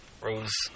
Rose